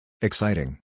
Exciting